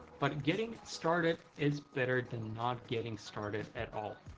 but getting started is better than not getting started at all.